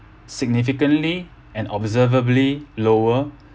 significantly and observably lower